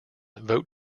vote